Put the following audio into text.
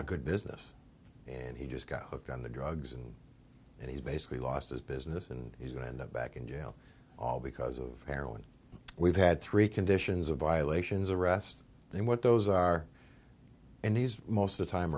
a good business and he just got hooked on the drugs and he's basically lost his business and he's going to end up back in jail all because of heroin we've had three conditions of violations arrest and what those are and he's most of the time